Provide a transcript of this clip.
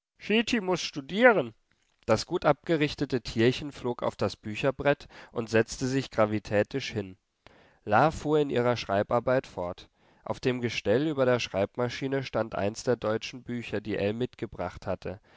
muß studieren das gut abgerichtete tierchen flog auf das bücherbrett und setzte sich gravitätisch hin la fuhr in ihrer schreibarbeit fort auf dem gestell über der schreibmaschine stand eines der deutschen bücher die ell mitgebracht hatte